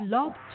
Love